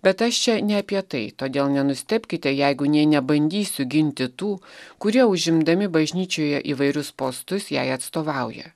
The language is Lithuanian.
bet aš čia ne apie tai todėl nenustebkite jeigu nė nebandysiu ginti tų kurie užimdami bažnyčioje įvairius postus jai atstovauja